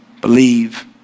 Believe